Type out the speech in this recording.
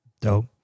Dope